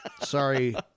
Sorry